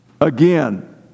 again